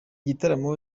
gitaramo